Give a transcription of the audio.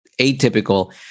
atypical